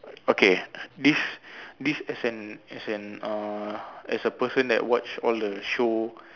okay this this as an as an uh as a person that watch all the show